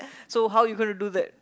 so how are you gonna do that